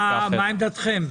מה עמדתכם?